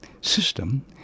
system